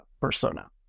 Persona